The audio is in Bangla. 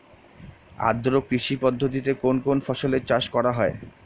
আদ্র কৃষি পদ্ধতিতে কোন কোন ফসলের চাষ করা হয়?